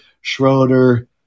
Schroeder